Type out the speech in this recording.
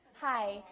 Hi